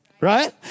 right